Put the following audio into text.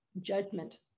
judgment